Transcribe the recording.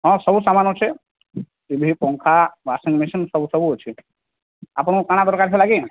ହଁ ସବୁ ସାମାନ୍ ଅଛି ଟି ଭି ପଙ୍ଖା ୱାଶିଂ ମେସିନ୍ ସବୁ ସବୁ ଅଛି ଆପଣଙ୍କର କ'ଣ ଦରକାର ଥିଲା କି